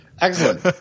excellent